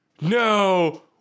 No